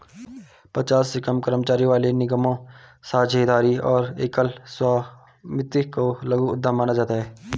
पचास से कम कर्मचारियों वाले निगमों, साझेदारी और एकल स्वामित्व को लघु उद्यम माना जाता है